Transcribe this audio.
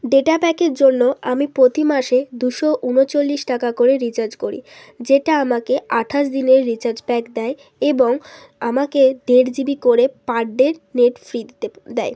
data প্যাকের জন্য আমি প্রতি মাসে দুশো উনচল্লিশ টাকা করে রিচার্জ করি যেটা আমাকে আঠাশ দিনের রিচার্জ প্যাক দেয় এবং আমাকে দেড় জিবি করে পার ডের নেট ফ্রিতে দেয়